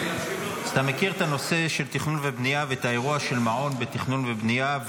אז אתה מכיר את נושא תכנון ובנייה ואת האירוע של מעון בתכנון ובנייה.